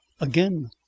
Again